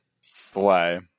Slay